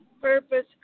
purpose